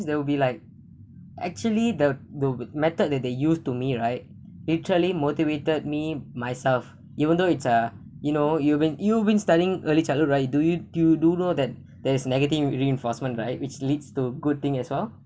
there will be like actually the the method that they used to me right literary motivated me myself even though it's a you know you been you been studying early childhood right do you you do know that there is negative reinforcement right which leads to good thing as well